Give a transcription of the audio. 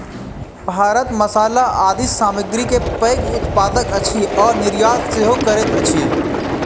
भारत मसाला आदि सामग्री के पैघ उत्पादक अछि आ निर्यात सेहो करैत अछि